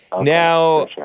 Now